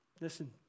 listen